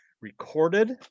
recorded